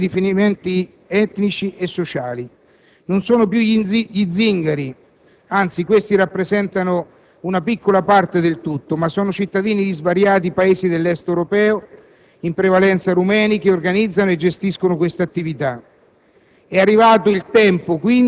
secondariamente, sono cambiati i riferimenti etnici e sociali. Non sono più gli zingari, anzi questi rappresentano una piccola parte del tutto, ma sono cittadini di svariati Paesi dell'Est europeo, in prevalenza rumeni, che organizzano e gestiscono questa attività.